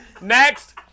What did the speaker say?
Next